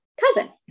cousin